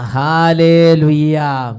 hallelujah